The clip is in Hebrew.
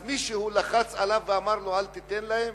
אז מישהו לחץ עליו ואמר לו: אל תיתן להם.